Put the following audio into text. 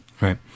Right